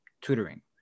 tutoring